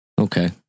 Okay